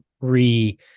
re